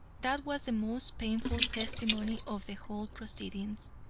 that was the most painful testimony of the whole proceedings.